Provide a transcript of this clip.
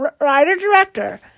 writer-director